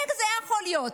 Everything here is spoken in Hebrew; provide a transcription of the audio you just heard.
איך זה יכול להיות?